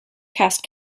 cast